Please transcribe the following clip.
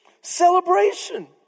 Celebration